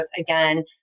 again